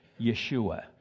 Yeshua